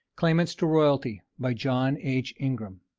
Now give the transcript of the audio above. claimants to royalty. by john h. ingram.